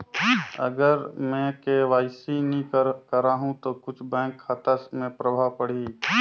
अगर मे के.वाई.सी नी कराहू तो कुछ बैंक खाता मे प्रभाव पढ़ी?